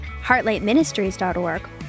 HeartlightMinistries.org